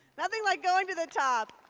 nothing like going to the top.